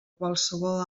qualsevol